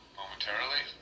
momentarily